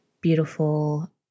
beautiful